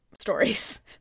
stories